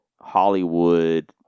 Hollywood